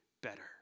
better